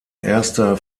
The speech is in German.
erster